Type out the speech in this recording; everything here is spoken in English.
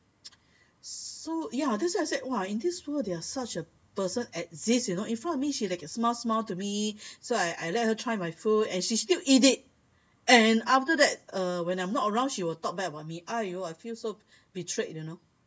so ya that's why I said !wah! in this world there is such a person that exists you know in front of me she can like smile smile to me so I I let her try my food and she still eat it and after that uh when I'm not around she will talk bad about me !aiyo! I felt so betrayed you know